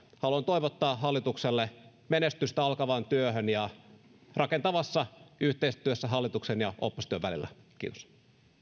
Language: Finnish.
haluan toivottaa hallitukselle menestystä alkavaan työhön rakentavassa yhteistyössä hallituksen ja opposition välillä kiitos